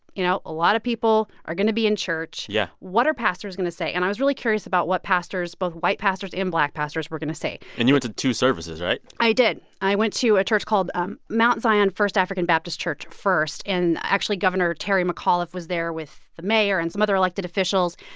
you know, a lot of people are going to be in church yeah what are pastors going to say? and i was really curious about what pastors both white pastors and black pastors were going to say and you went to two services, right? i did. i went to a church called um mt. zion first african baptist church first. and actually, governor terry mcauliffe was there with the mayor and some other elected officials.